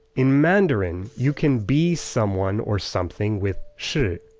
in mandarin, you can be someone or something with shi,